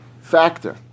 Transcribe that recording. factor